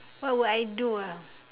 what will I do ah